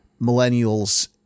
Millennials